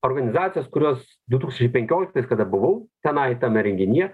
organizacijos kurios du tūkstančiai penkioliktais kada buvau tenai tame renginyje